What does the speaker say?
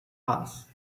pass